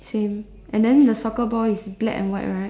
same and then the soccer ball is black and white right